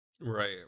Right